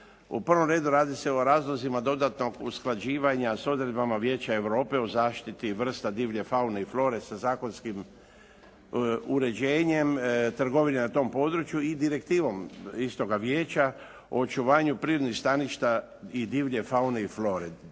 U prvom redu radi se o razlozima dodatnog usklađivanja sa odredbama Vijeća Europe o zaštiti vrsta divlje faune i flore sa zakonskim uređenjem, trgovine na tom području i direktivom istoga vijeća o očuvanju prirodnih staništa i divlje faune i flore,